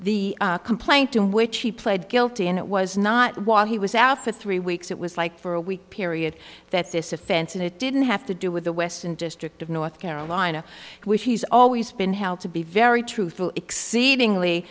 the complaint in which he pled guilty and it was not while he was out for three weeks it was like for a week period that this offense and it didn't have to do with the western district of north carolina which he's always been held to be very truthful exceedingly